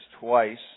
twice